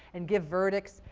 and give verdicts,